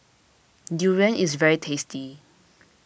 Durian is very tasty